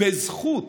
בזכות